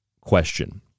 question